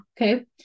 Okay